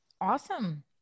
Awesome